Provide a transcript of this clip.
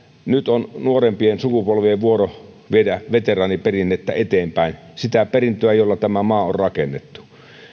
nyt on nuorempien sukupolvien vuoro viedä veteraaniperinnettä eteenpäin sitä perintöä jolla tämä maa on rakennettu